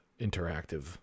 interactive